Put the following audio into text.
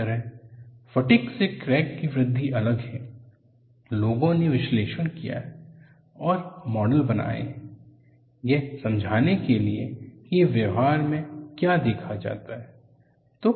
इसी तरह फटिग से क्रैक की वृद्धि अलग है लोगों ने विश्लेषण किया है और मॉडल बनाए हैं यह समझाने के लिए कि व्यवहार में क्या देखा जाता है